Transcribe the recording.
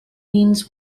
means